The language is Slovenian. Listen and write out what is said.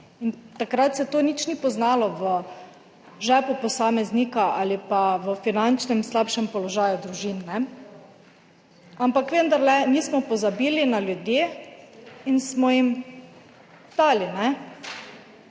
Takrat se to nič ni poznalo v žepu posameznika ali pa v slabšem finančnem položaju družin. Ampak vendarle nismo pozabili na ljudi in smo jim dali.